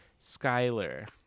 Skyler